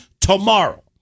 tomorrow